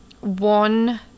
one